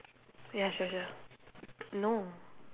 ya sure sure no